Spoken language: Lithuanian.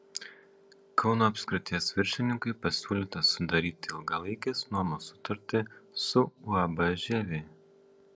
kauno apskrities viršininkui pasiūlyta sudaryti ilgalaikės nuomos sutartį su uab žievė